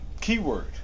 Keyword